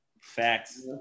Facts